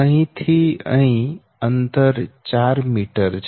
અહીં થી અહીં અંતર 4 મીટર છે